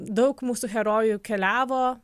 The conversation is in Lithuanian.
daug mūsų herojų keliavo